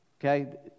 Okay